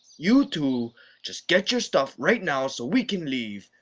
you two just get your stuff right now so we can leave,